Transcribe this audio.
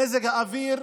במזג האוויר,